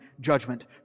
judgment